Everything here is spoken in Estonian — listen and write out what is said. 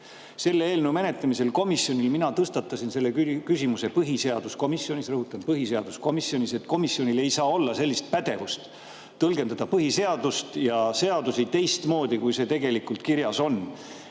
Selle eelnõu menetlemisel komisjonis mina tõstatasin küsimuse – põhiseaduskomisjonis, rõhutan, põhiseaduskomisjonis –, et komisjonil ei saa olla pädevust tõlgendada põhiseadust ja seadusi teistmoodi, kui tegelikult kirjas on.